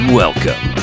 welcome